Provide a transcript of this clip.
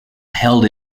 held